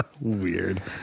Weird